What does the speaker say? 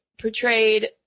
portrayed